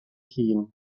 hun